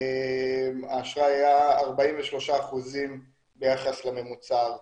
האשראי היה 43% ביחס לממוצע הארצי,